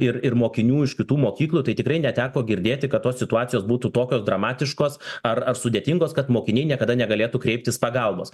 ir ir mokinių iš kitų mokyklų tai tikrai neteko girdėti kad tos situacijos būtų tokios dramatiškos ar ar sudėtingos kad mokiniai niekada negalėtų kreiptis pagalbos